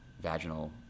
vaginal